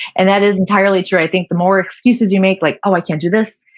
and that is entirely true. i think the more excuses you make like oh, i can't do this,